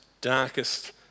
darkest